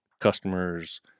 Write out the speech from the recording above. customers